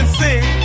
sing